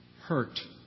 Hurt